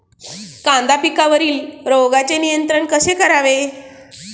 कांदा पिकावरील रोगांचे नियंत्रण कसे करावे?